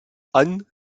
anne